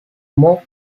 more